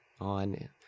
on